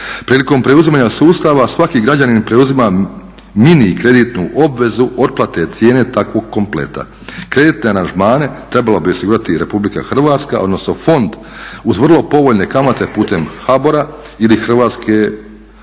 Prilikom preuzimanja sustava svaki građanin preuzima mini kreditnu obvezu otplate cijene takvog kompleta. Kreditne aranžmane trebala bi osigurati Republika Hrvatska odnosno Fond uz vrlo povoljne kamate putem HBOR-a ili Hrvatske